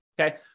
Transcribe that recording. okay